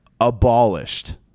abolished